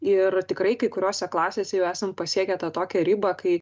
ir tikrai kai kuriose klasėse jau esam pasiekę tą tokią ribą kai